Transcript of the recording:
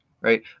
right